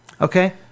okay